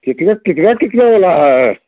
कितना कितना कितना कितना वाला है